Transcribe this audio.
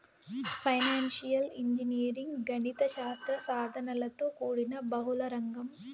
financial engineering గణిత శాస్త్ర సాధనలతో కూడిన బహుళ రంగం